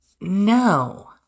No